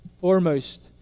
foremost